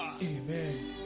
Amen